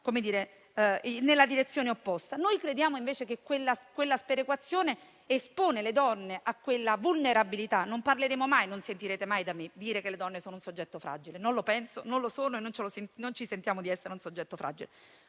anche nella direzione opposta. Noi crediamo invece che quella sperequazione esponga le donne a una vulnerabilità. Non mi sentirete mai dire che le donne sono un soggetto fragile: non lo penso, non lo sono e non ci sentiamo di essere un soggetto fragile,